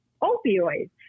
opioids